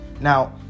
Now